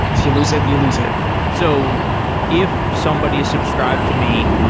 if you lose it, you lose it so if somebody subscribed to me,